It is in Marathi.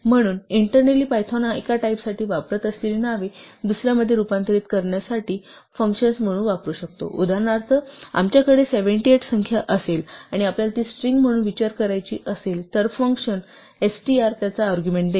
म्हणून इन्टर्नली पायथॉन एका टाईपसाठी वापरत असलेली नावे दुसऱ्यामध्ये रूपांतरित करण्यासाठी फंक्शन्स म्हणून वापरू शकतो उदाहरणार्थ जर आमच्याकडे 78 संख्या असेल आणि आपल्याला ती स्ट्रिंग म्हणून विचार करायची असेल तर फंक्शन str त्याचा अर्ग्युमेण्ट घेईल